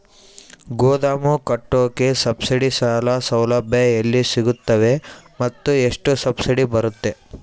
ಗೋದಾಮು ಕಟ್ಟೋಕೆ ಸಬ್ಸಿಡಿ ಸಾಲ ಸೌಲಭ್ಯ ಎಲ್ಲಿ ಸಿಗುತ್ತವೆ ಮತ್ತು ಎಷ್ಟು ಸಬ್ಸಿಡಿ ಬರುತ್ತೆ?